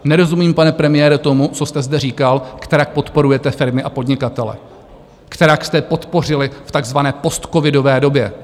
Nerozumím, pane premiére, tomu, co jste zde říkal, kterak podporujete firmy a podnikatele, kterak jste je podpořili v takzvané postcovidové době.